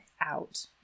out